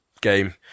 game